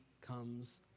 comes